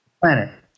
planet